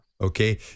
okay